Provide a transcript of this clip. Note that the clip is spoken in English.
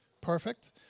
perfect